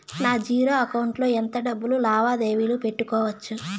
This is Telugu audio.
నా జీరో అకౌంట్ లో ఎంత డబ్బులు లావాదేవీలు పెట్టుకోవచ్చు?